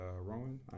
Rowan